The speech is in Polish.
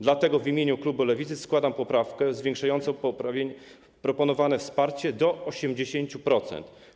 Dlatego w imieniu klubu Lewicy składam poprawkę zwiększającą proponowane wsparcie do 80%.